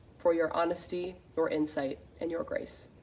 for your honesty, your insight, and your grace.